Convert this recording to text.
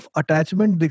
attachment